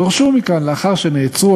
גורשו מכאן, לאחר שנעצרו.